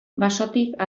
basotik